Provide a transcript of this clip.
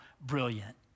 brilliant